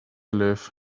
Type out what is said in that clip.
live